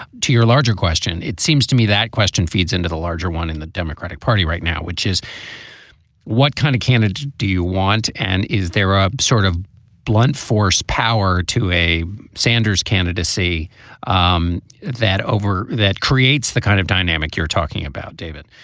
to your larger question, it seems to me that question feeds into the larger one in the democratic party right now, which is what kind of candidate do you want? and is there a sort of blunt force power to a sanders candidacy um that over that creates the kind of dynamic you're talking about? david,